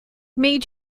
made